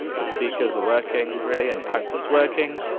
ah your speakers are working, really, and your output's working.